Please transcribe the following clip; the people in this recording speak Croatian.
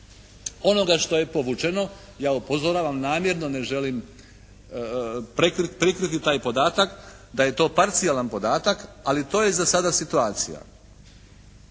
onoga što je povučeno. Ja upozoravam namjerno ne želim prikriti taj podatak da je to parcijalni podatak, ali to je za sada situacija.